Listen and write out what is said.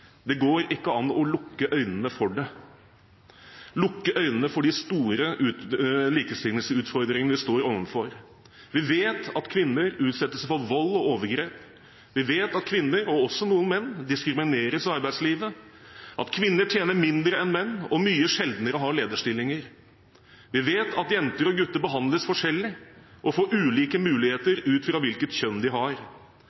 Det går ikke an å lukke øynene for det, lukke øynene for de store likestillingsutfordringene vi står overfor. Vi vet at kvinner utsettes for vold og overgrep, vi vet at kvinner, og også noen menn, diskrimineres i arbeidslivet, at kvinner tjener mindre enn menn og mye sjeldnere har lederstillinger. Vi vet at jenter og gutter behandles forskjellig og får ulike muligheter